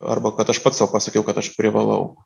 arba kad aš pats sau pasakiau kad aš privalau